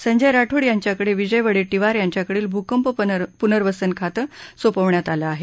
संजय राठोड यांच्याकडे विजय वडेट्टीवार यांच्याकडील भूकंप पुनर्वसन खाते सोपवण्यात आलं आहे